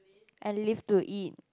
and live to eat